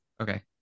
Okay